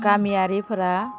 गामियारिफोरा